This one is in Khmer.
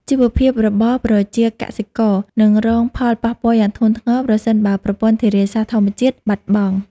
ជីវភាពរបស់ប្រជាកសិករនឹងរងផលប៉ះពាល់យ៉ាងធ្ងន់ធ្ងរប្រសិនបើប្រព័ន្ធធារាសាស្ត្រធម្មជាតិបាត់បង់។